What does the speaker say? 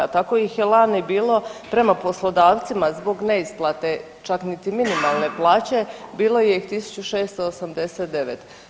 Tako ih je lani bilo prema poslodavcima zbog neisplate čak niti minimalne plaće bilo ih je tisuću 689.